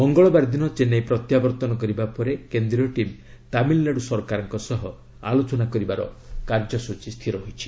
ମଙ୍ଗଳବାର ଦିନ ଚେନ୍ନାଇ ପ୍ରତ୍ୟାବର୍ତ୍ତନ କରିବା ପରେ କେନ୍ଦ୍ରୀୟ ଟିମ୍ ତାମିଲନାଡ଼ୁ ସରକାରଙ୍କ ସହ ଆଲୋଚନା କରିବାର କାର୍ଯ୍ୟସ୍ଟଚୀ ରହିଛି